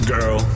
Girl